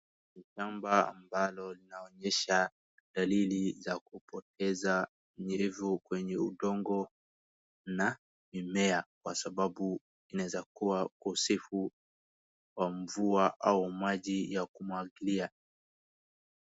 shamba ambalo linaonyesha dalili za kupoteza unyevu kwenye udongo na mimea kwa sababu inaeza kuwa ukosefu wa mvua au maji ya kumwagilia